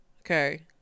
okay